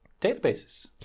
databases